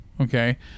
Okay